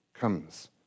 comes